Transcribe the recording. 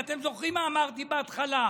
ואם אתם זוכרים מה אמרתי בהתחלה,